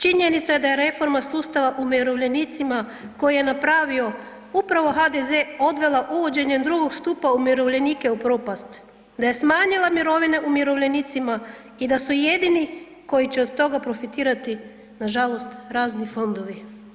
Činjenica je da je reforma sustava umirovljenicima koje je napravio upravo HDZ odvela uvođenjem II. stupa umirovljenike u propast, da je smanjila mirovine umirovljenicima i da su jedini koji će od toga profitirati nažalost razni fondovi.